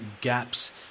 gaps